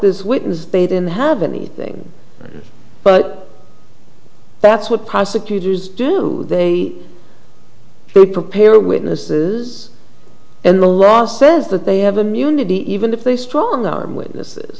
this witness they then have anything but that's what prosecutors do they should prepare witnesses and the law says that they have immunity even if they strong arm witnesses